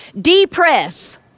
Depress